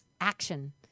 action